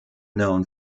known